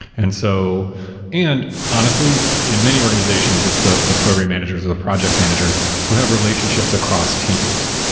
and so and honestly, in many organizations it's the the program managers or the project managers who have relationships across teams.